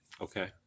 Okay